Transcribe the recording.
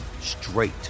straight